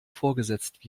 vorgesetzt